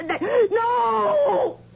No